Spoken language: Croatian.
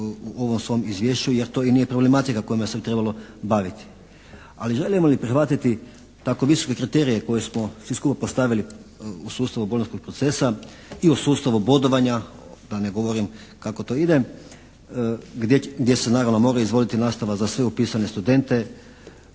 u ovom svom izvješću jer to i nije problematika kojom bi se trebalo baviti. Ali želimo li prihvatiti tako visoke visoke kriterije koje smo svi skupa postavili u sustavu bolonjskog procesa i u sustavu bodovanja da ne govorim kako to ide gdje se naravno mora izvoditi nastava za sve upisane studente,